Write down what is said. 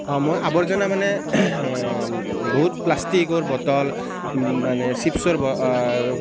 অ মই আৱৰ্জনা মানে বহুত প্লাষ্টিকৰ বটল মানে চিপছৰ